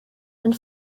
and